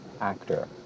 actor